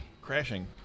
Crashing